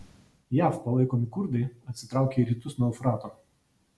jav palaikomi kurdai atsitraukė į rytus nuo eufrato